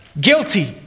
guilty